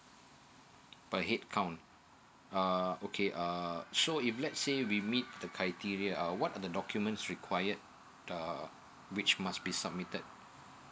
per head count uh okay uh sure if let's say we meet the criteria uh what are the documents required uh which must be submitted